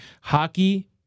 hockey